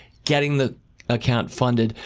getting the account funded.